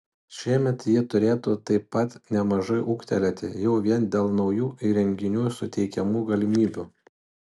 šiemet ji turėtų taip pat nemažai ūgtelėti jau vien dėl naujų įrenginių suteikiamų galimybių